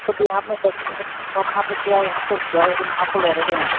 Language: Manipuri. ꯍꯥꯞꯄꯗꯤ ꯍꯥꯞꯅꯗ꯭ꯔꯁꯨ ꯑꯗꯨꯝ ꯍꯥꯞꯄꯁꯨ ꯌꯥꯎꯏ ꯍꯥꯞꯇꯕꯁꯨ ꯌꯥꯎꯏ ꯑꯗꯨꯝ ꯍꯥꯞꯄ ꯂꯣꯏꯔꯦ ꯀꯩꯅꯣ